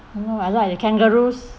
you know I like the kangaroos